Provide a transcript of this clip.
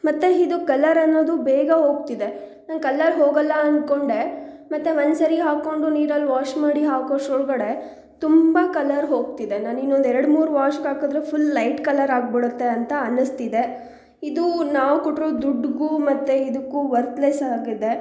ಮತ್ತು ಇದು ಕಲ್ಲರ್ ಅನ್ನೋದು ಬೇಗ ಹೋಗ್ತಿದೆ ನಾನು ಕಲ್ಲರ್ ಹೋಗಲ್ಲ ಅಂದ್ಕೊಂಡೆ ಮತ್ತೆ ಒಂದುಸರಿ ಹಾಕ್ಕೊಂಡು ನೀರಲ್ಲಿ ವಾಶ್ ಮಾಡಿ ಹಾಕುವಷ್ಟ್ರೊಳ್ಗೆ ತುಂಬ ಕಲ್ಲರ್ ಹೋಗ್ತಿದೆ ನಾನು ಇನ್ನೊಂದು ಎರಡ್ಮೂರು ವಾಶ್ಗಾಕಿದ್ರು ಫುಲ್ ಲೈಟ್ ಕಲರ್ ಆಗಿಬಿಡತ್ತೆ ಅಂತ ಅನ್ನಿಸ್ತಿದೆ ಇದು ನಾವು ಕೊಟ್ಟಿರೋ ದುಡ್ಡಿಗು ಮತ್ತು ಇದಕ್ಕೂ ವರ್ತ್ಲೆಸ್ಸಾಗಿದೆ